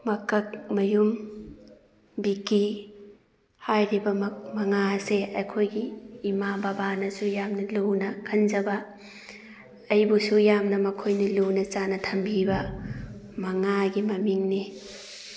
ꯃꯀꯛꯃꯌꯨꯝ ꯕꯤꯀꯤ ꯍꯥꯏꯔꯤꯕ ꯃꯉꯥ ꯑꯁꯦ ꯑꯩꯈꯣꯏꯒꯤ ꯏꯃꯥ ꯕꯕꯥꯅꯁꯨ ꯌꯥꯝꯅ ꯂꯨꯅ ꯈꯟꯖꯕ ꯑꯩꯕꯨꯁꯨ ꯌꯥꯝꯅ ꯃꯈꯣꯏꯅ ꯂꯨꯅ ꯆꯥꯟꯅ ꯊꯝꯕꯤꯕ ꯃꯉꯥꯒꯤ ꯃꯃꯤꯡꯅꯤ